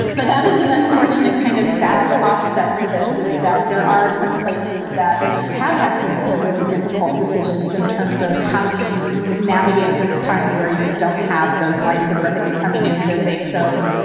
but that is an unfortunate, kind of sad offset to this, is that there are some places that have had to make some really difficult decisions in terms of how do you navigate this time where you don't have those lines of revenue coming in that they so,